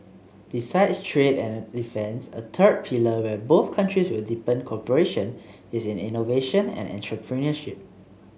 besides trade and defence a third pillar where both countries will deepen cooperation is in innovation and entrepreneurship